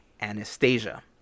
Anastasia